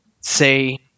say